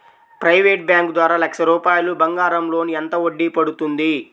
Private bank ద్వారా లక్ష రూపాయలు బంగారం లోన్ ఎంత వడ్డీ పడుతుంది?